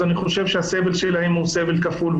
אז אני חושב שהסבל שלהם הוא סבל כפול.